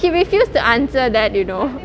he refused to answer that you know